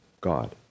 God